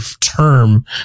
term